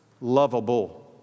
lovable